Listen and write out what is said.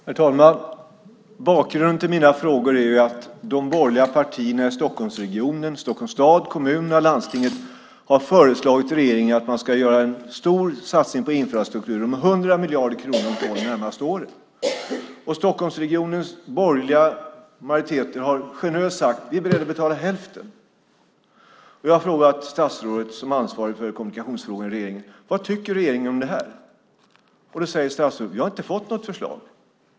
Herr talman! Bakgrunden till mina frågor är att de borgerliga partierna i Stockholmsregionen - Stockholms stad, kommunerna och landstinget - har föreslagit regeringen att man ska göra en stor satsning på infrastrukturen med 100 miljarder kronor de närmaste tolv åren. Stockholmsregionens borgerliga majoriteter har generöst sagt att de är beredda att betala hälften. Jag har frågat statsrådet som är ansvarig för kommunikationsfrågor vad regeringen tycker om detta. Statsrådet säger att hon inte har fått något förslag.